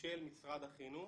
של משרד החינוך